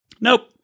nope